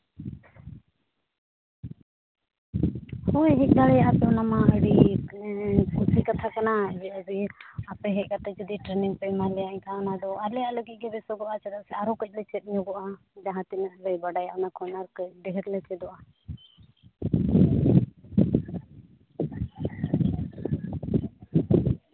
ᱦᱳᱭ ᱦᱮᱡᱽ ᱫᱟᱲᱮᱭᱟᱜᱼᱟ ᱯᱮ ᱚᱱᱟ ᱢᱟ ᱟᱹᱰᱤ ᱠᱩᱥᱤ ᱠᱟᱛᱷᱟ ᱠᱟᱱᱟ ᱟᱯᱮ ᱦᱮᱡᱽ ᱠᱟᱛᱮᱫ ᱡᱩᱫᱤ ᱴᱨᱮᱱᱤᱝ ᱯᱮ ᱮᱢᱟᱞᱮᱭᱟ ᱮᱱᱠᱷᱟᱱ ᱚᱱᱟ ᱫᱚ ᱟᱞᱮ ᱟᱞᱮ ᱛᱮᱜᱮ ᱵᱮᱥᱚᱜᱚᱜᱼᱟ ᱪᱮᱫᱟᱜ ᱥᱮ ᱟᱨᱦᱚᱸ ᱠᱟᱹᱡ ᱞᱮ ᱪᱮᱫ ᱧᱚᱜᱚᱜᱼᱟ ᱡᱟᱦᱟᱸ ᱛᱤᱱᱟᱹᱜ ᱞᱮ ᱵᱟᱰᱟᱭ ᱚᱱᱟ ᱠᱷᱚᱱ ᱟᱨ ᱠᱟᱺᱪ ᱰᱷᱮᱨ ᱞᱮ ᱪᱮᱫᱚᱜᱼᱟ